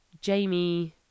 Jamie